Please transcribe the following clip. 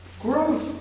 Growth